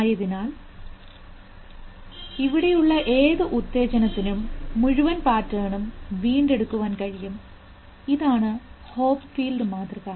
ആയതിനാൽ ഇവിടെയുള്ള ഏത് ഉത്തേജനത്തിനും മുഴുവൻ പാറ്റേണും വീണ്ടെടുക്കാൻ കഴിയും ഇതാണ് ഹോപ്ഫീൽഡ് മാതൃക